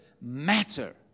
matter